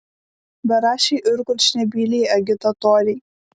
beraščiai ir kurčnebyliai agitatoriai